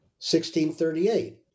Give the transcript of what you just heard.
1638